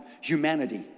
humanity